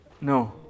No